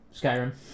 Skyrim